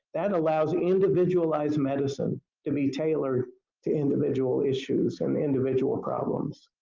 that allows individualized medicine to be tailored to individual issues and individual problems.